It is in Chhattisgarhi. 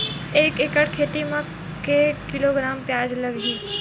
एक एकड़ खेती म के किलोग्राम प्याज लग ही?